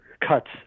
cuts